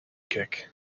kick